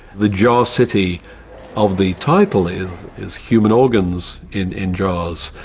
the jar city of the title is is human organs in in jars.